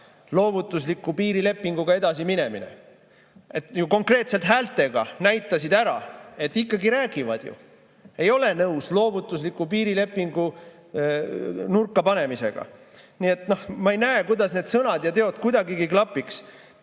loovutusliku piirilepinguga edasiminemine. Konkreetselt häältega näitasid ära, et ikkagi räägivad ju, ei ole nõus loovutusliku piirilepingu nurkapanemisega. Nii et ma ei näe, et need sõnad ja teod kuidagigi klapiks.